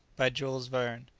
by jules verne.